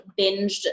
binged